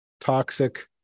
toxic